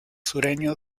sureño